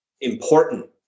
important